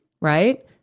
right